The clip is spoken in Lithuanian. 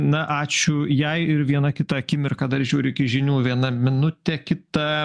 na ačiū jai ir viena kita akimirka dar žiūriu iki žinių viena minutė kita